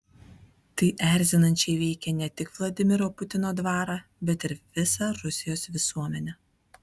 tai erzinančiai veikia ne tik vladimiro putino dvarą bet ir visą rusijos visuomenę